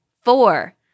Four